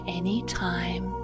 anytime